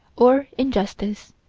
or injustice.